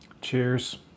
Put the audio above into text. Cheers